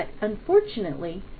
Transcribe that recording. unfortunately